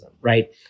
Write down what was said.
right